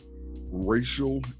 racial